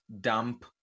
dump